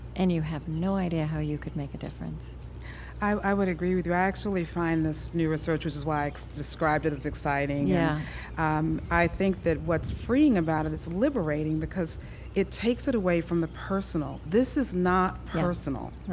and you have no idea how you could make a difference i would agree with you actually find this new research which is why i described it as exciting. yeah um i think that what's freeing about it it's liberating because it takes it away from the personal. this is not personal.